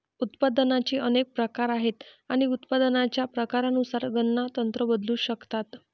उत्पादनाचे अनेक प्रकार आहेत आणि उत्पादनाच्या प्रकारानुसार गणना तंत्र बदलू शकतात